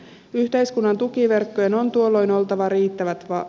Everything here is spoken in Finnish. yhteiskunnan tukiverkkojen on tuolloin oltava riittävän vahvat